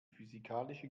physikalische